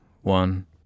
one